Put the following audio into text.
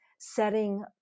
setting